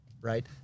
right